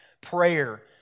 prayer